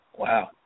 Wow